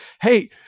hey